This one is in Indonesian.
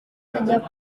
sejak